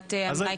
להגדלת המלאי?